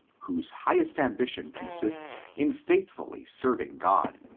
whose highest ambition consists in faithfully serving god,